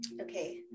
Okay